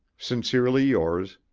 sincerely yours,